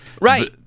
Right